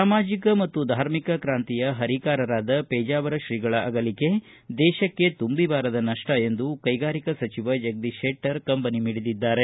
ಸಾಮಾಜಕ ಮತ್ತು ಧಾರ್ಮಿಕ ಕ್ರಾಂತಿಯ ಪರಿಕಾರರಾದ ಪೇಜಾವರ ತ್ರೀಗಳ ಅಗಲಿಕೆ ದೇಶಕ್ಕೆ ತುಂಬಿಬಾರದ ನಪ್ಪ ಎಂದು ಕೈಗಾರಿಕಾ ಸಚಿವ ಜಗದೀಶ ಶೆಟ್ಟರ್ ಕಂಬನಿ ಮಿಡಿದಿದ್ದಾರೆ